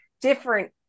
different